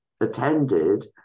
attended